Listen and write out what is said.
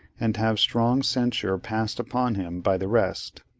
and have strong censure passed upon him by the rest.